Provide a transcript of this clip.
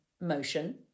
motion